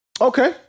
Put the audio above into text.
Okay